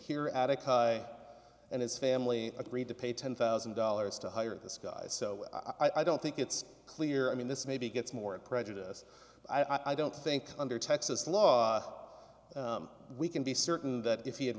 here addict and his family agreed to pay ten thousand dollars to hire this guy so i don't think it's clear i mean this maybe gets more prejudice i don't think under texas law we can be certain that if he had